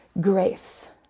grace